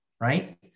Right